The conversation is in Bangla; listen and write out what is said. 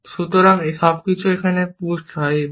সুতরাং সবকিছু এখানে পুসড হয় এই মত